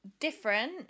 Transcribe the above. different